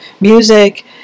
music